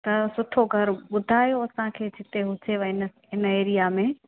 त सुठो घरु ॿुधायो असांखे जिते हुजेव इन इन एरिया में